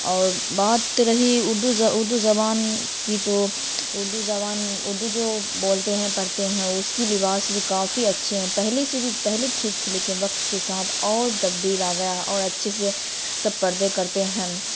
اور بات رہی اردو اردو زبان کی تو اردو زبان اردو جو بولتے ہیں پڑھتے ہیں اس کی لباس بھی کافی اچھے ہیں پہلے سے بھی پہلے ٹھیک تھے لیکن وقت کے ساتھ اور تبدیل آ گیا اور اچھے سے سب پردے کرتے ہیں